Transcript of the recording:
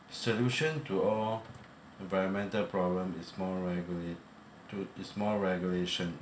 solution to all environmental problem is more regulate to is more regulation